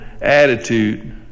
attitude